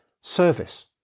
service